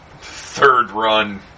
third-run